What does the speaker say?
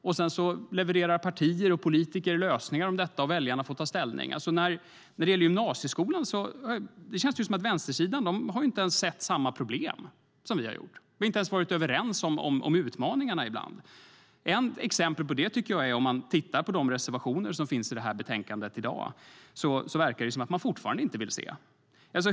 Sedan levererar partier och politiker lösningar och väljarna får ta ställning. När det gäller gymnasieskolan känns det som om vänstersidan inte har sett samma problem som vi. De har inte ens varit överens om utmaningarna. Av reservationerna i dagens betänkande verkar det som om man fortfarande inte vill se.